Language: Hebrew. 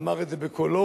אמר את זה בקולו,